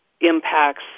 impacts